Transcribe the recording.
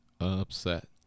upset